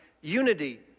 unity